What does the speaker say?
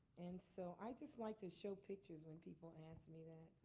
and so i just like to show pictures when people ask me that.